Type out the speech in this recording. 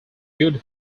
good